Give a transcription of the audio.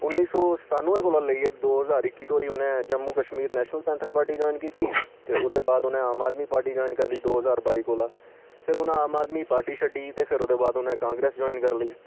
उन्नी सौ सतानुऐ कोला लेइयै दो ज्हार इक्की धोड़ी उ'नें Jammu Kashmir national panther party join कीती ते ओह्दे बाद उ'नें आम आदमी पार्टी ज्वाइन करी लेई दो ज्हार बाई कोला फिर उ'नें आम आदमी पार्टी छड्डी ते फिर ओह्दे बाद उ'नें कांग्रेस ज्वाइन करी लेई